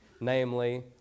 namely